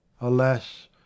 alas